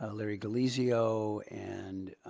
ah larry galizio and,